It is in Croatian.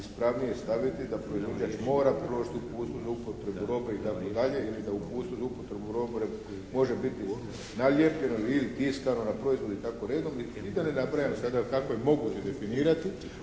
ispravnije staviti da proizvođač mora priložiti uputstvo za upotrebu robe itd. ili da uputstvo za upotrebu robe može biti nalijepljeno ili tiskano na proizvode i tako redom i da ne nabrajam sada kako je moguće definirati.